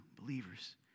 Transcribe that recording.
believers